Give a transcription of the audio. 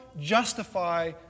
justify